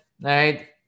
Right